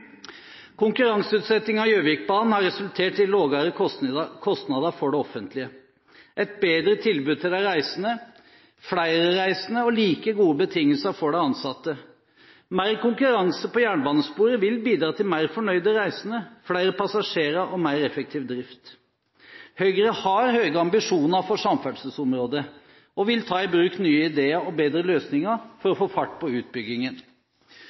Konkurranseutsetting av Gjøvikbanen har resultert i lavere kostnader for det offentlige, et bedre tilbud til de reisende, flere reisende og like gode betingelser for de ansatte. Mer konkurranse på jernbanesporet vil bidra til mer fornøyde reisende, flere passasjerer og mer effektiv drift. Høyre har høye ambisjoner for samferdselsområdet og vil ta i bruk nye ideer og bedre løsninger for å få fart på utbyggingen.